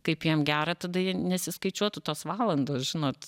kaip jiem gera tada jie nesiskaičiuotų tos valandos žinot